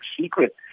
secret